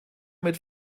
mit